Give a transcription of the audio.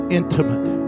intimate